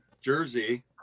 jersey